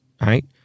right